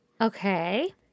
Okay